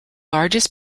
largest